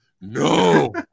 No